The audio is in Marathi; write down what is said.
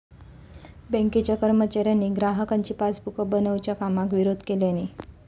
बँकेच्या कर्मचाऱ्यांनी ग्राहकांची पासबुका बनवच्या कामाक विरोध केल्यानी